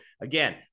again